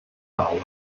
awr